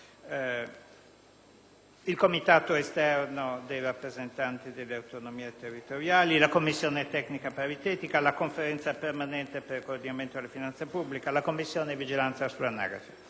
il comitato esterno dei rappresentanti delle autonomie territoriali, la commissione tecnica paritetica, la Conferenza permanente per il coordinamento della finanza pubblica, la Commissione di vigilanza sull'anagrafe, eccetera.